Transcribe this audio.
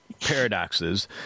Paradoxes